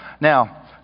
Now